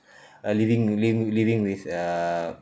uh living living living with uh